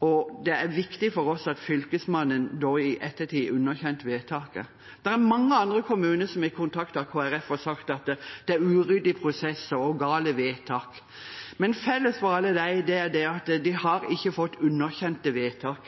grunnlag. Det er viktig for oss at Fylkesmannen da i ettertid har underkjent vedtaket. Det er mange andre kommuner som har kontaktet Kristelig Folkeparti og sagt at det er en uryddig prosess og gale vedtak, men felles for dem alle er at de ikke har fått underkjent vedtak.